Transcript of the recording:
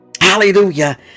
hallelujah